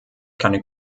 keine